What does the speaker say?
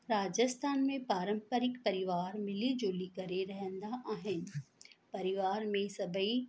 राजस्थान में पारंपरिक परिवार मिली जुली करे रहंदा आहिनि परिवार में सभेई